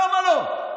למה לא?